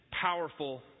powerful